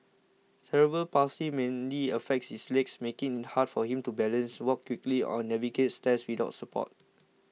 cerebral palsy mainly affects his legs making it hard for him to balance walk quickly or navigate stairs without support